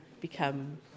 become